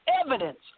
evidence